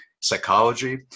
psychology